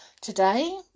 today